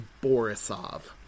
Borisov